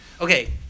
okay